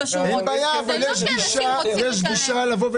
הבעיות הגדולות אתכם,